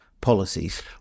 policies